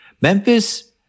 Memphis